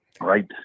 Right